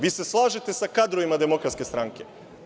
Vi se slažete sa kadrovima Demokratske stranke.